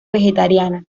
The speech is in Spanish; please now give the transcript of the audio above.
vegetariana